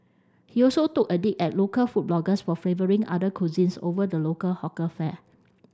he also took a dig at local food bloggers for favouring other cuisines over the local hawker fare